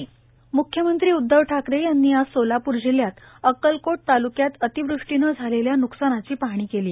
म्ख्यमंत्री मुख्यमंत्री उद्वव ठाकरे यांनी आज सोलाप्र जिल्ह्यात अक्कलकोट तालुक्यात अतिवृष्टीने झालेल्या न्कसानाची पाहणी केली